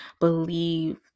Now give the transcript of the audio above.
believe